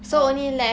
oh